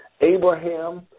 Abraham